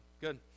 good